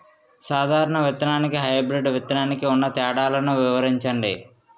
సాధారణ విత్తననికి, హైబ్రిడ్ విత్తనానికి ఉన్న తేడాలను వివరించండి?